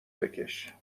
بکش